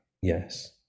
yes